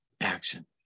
action